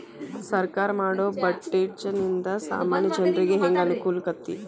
ಸರ್ಕಾರಾ ಮಾಡೊ ಬಡ್ಜೆಟ ನಿಂದಾ ಸಾಮಾನ್ಯ ಜನರಿಗೆ ಹೆಂಗ ಅನುಕೂಲಕ್ಕತಿ?